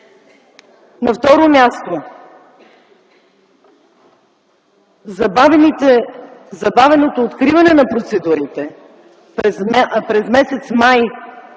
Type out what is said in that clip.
На второ място, забавеното откриване на процедурите през м. май